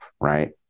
right